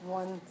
one